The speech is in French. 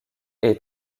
est